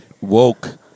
Woke